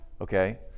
Okay